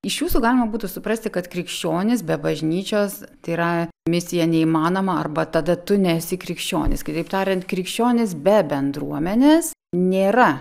iš jūsų galima būtų suprasti kad krikščionis be bažnyčios tai yra misija neįmanoma arba tada tu nesi krikščionis kitaip tariant krikščionis be bendruomenės nėra